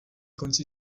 konci